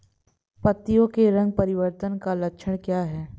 पत्तियों के रंग परिवर्तन का लक्षण क्या है?